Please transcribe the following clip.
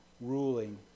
ruling